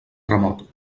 remot